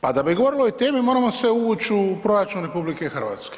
Pa da bi govorili o ovoj temi moramo se uvući u proračun RH.